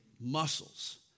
muscles